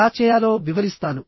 ఎలా చేయాలో వివరిస్తాను